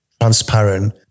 transparent